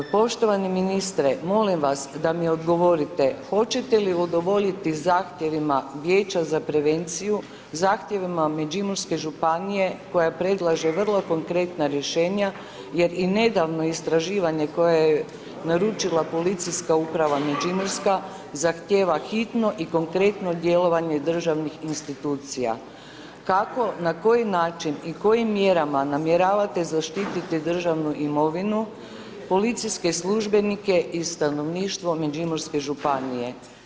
Poštovani ministre, molim vas da mi odgovorite hoćete li udovoljiti zahtjevima Vijeća za prevenciju, zahtjevima Međimurske županije koja predlaže vrlo konkretna rješenja jer i nedavno istraživanje koje je naručila Policijska uprava Međimurska zahtjeva hitno i konkretno djelovanje državnih institucija, kako, na koji način i kojim mjerama namjeravate zaštiti državnu imovinu, policijske službenike i stanovništvo Međimurske županije?